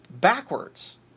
backwards